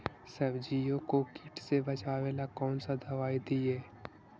सब्जियों को किट से बचाबेला कौन सा दबाई दीए?